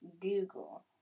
Google